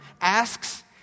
asks